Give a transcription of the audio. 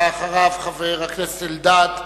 הבא אחריו, חבר הכנסת אלדד,